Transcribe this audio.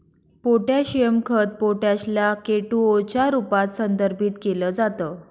potassium खत potash ला K two O च्या रूपात संदर्भित केल जात